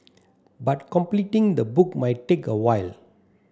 but completing the book might take a while